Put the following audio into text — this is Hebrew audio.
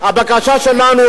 הבקשה שלנו,